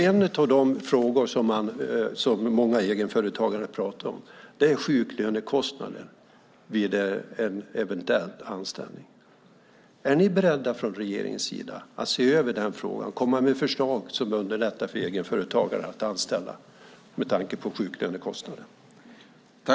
En av de frågor som många egenföretagare pratar om är sjuklönekostnaden vid en eventuell anställning. Är ni beredda från regeringens sida att se över denna fråga och komma med förslag som underlättar för egenföretagare att anställa med tanke på sjuklönekostnaden?